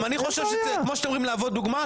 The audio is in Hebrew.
גם אני חושב שצריך כמו שאתם אומרים להוות דוגמה,